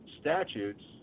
statutes